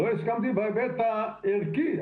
לא הסכמתי בהיבט הערכי,